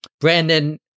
Brandon